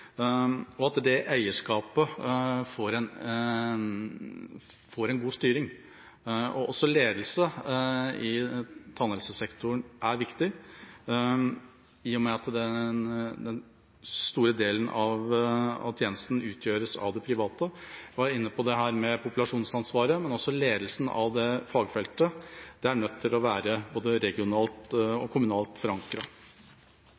og i at det eierskapet får en god styring. Også ledelse i tannhelsesektoren er viktig, i og med at den store delen av tjenesten utgjøres av det private. Jeg var inne på dette med populasjonsansvaret, men også ledelsen av det fagfeltet. Det er nødt til å være både regionalt og kommunalt